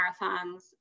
marathons